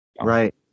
Right